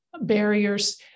barriers